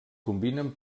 combinen